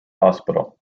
hospital